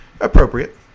appropriate